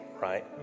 right